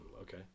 Okay